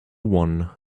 one